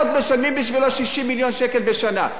עוד משלמים בשבילו 60 מיליון שקל בשנה.